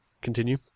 continue